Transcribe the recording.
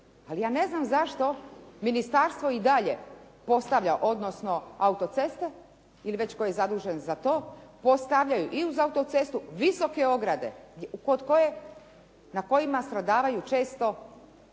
Ali ja ne znam zašto ministarstvo i dalje postavlja, odnosno autoceste ili već tko je zadužen za to, postavljaju i uz autocestu visoke ograde na kojima stradavaju često, koje